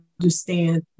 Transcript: understand